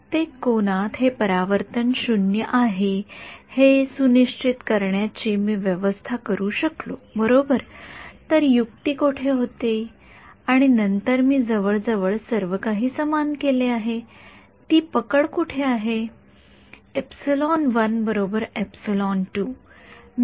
प्रत्येक कोनात हे परावर्तन 0 आहे हे सुनिश्चित करण्याची मी व्यवस्था करू शकलो बरोबर तर युक्ती कोठे आहे आणि नंतर मी जवळजवळ सर्वकाही समान केले आहे ती पकड कोठे आहे